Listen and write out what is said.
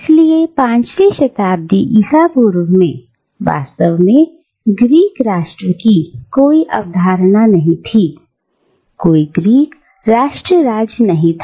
इसलिए पांचवी शताब्दी ईसा पूर्व में वास्तव में ग्रीक राष्ट्र की कोई अवधारणा नहीं थी कोई ग्रीस राष्ट्र राज्य नहीं था